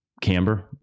camber